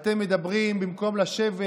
אתם מדברים במקום לשבת,